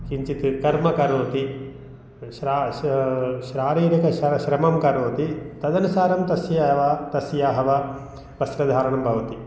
किञ्चित् कर्मकरोति श्रा श शारीरिक श्र श्रमं करोति तदनुसारं तस्य वा तस्याः वा वस्त्रधारणं भवति